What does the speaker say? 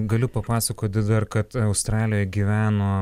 galiu papasakoti dar kad australijoj gyveno